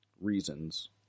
reasons